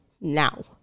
now